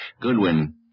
Goodwin